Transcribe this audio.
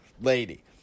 lady